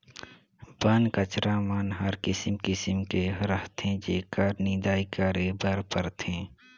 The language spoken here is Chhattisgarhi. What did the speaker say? बन कचरा मन हर किसिम किसिम के रहथे जेखर निंदई करे बर परथे